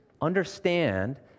Understand